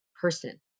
person